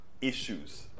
issues